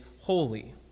holy